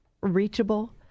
reachable